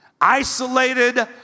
isolated